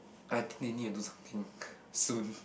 I think they need to do something soon